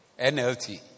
NLT